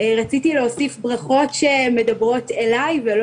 רציתי להוסיף ברכות שמדברות אליי ולא